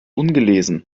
ungelesen